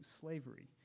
slavery